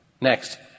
Next